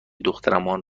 دخترمان